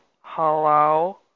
hello